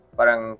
parang